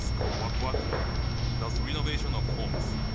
called wakuwaku does renovation of homes.